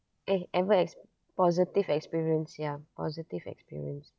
eh ever ex~ positive experience ya positive experience